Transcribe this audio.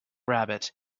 rabbit